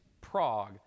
Prague